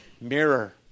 Mirror